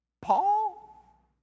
Paul